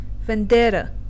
Vendetta